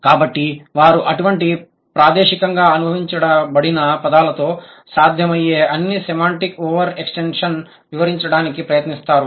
కాబట్టి వారు అటువంటి ప్రాదేశికంగా అనుసంధానించబడిన పదాలతో సాధ్యమయ్యే అన్ని సెమాంటిక్ ఓవర్ ఎక్స్టెన్షన్లను వివరించడానికి ప్రయత్నిస్తారు